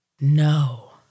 No